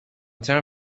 ترم